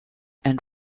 and